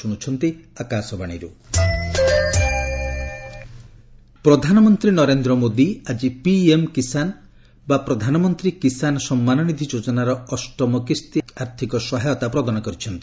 PM Kisan ପ୍ରଧାନମନ୍ତ୍ରୀ ନରେନ୍ଦ୍ର ମୋଦୀ ଆଜି PM Kisan ବା ପ୍ରଧାନମନ୍ତ୍ରୀ କିଷାନ ସମ୍ମାନ ନିଧି ଯୋଜନାର ଅଷ୍ଟମ କିସ୍ତି ଆର୍ଥିକ ସହାୟତା ପ୍ରଦାନ କରିଛନ୍ତି